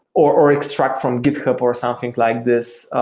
or or extract from github or something like this.